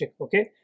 Okay